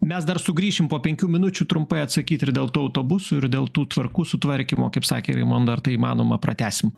mes dar sugrįšim po penkių minučių trumpai atsakyt ir dėl tų autobusų ir dėl tų tvarkų sutvarkymo kaip sakė raimonda ar tai įmanoma pratęsim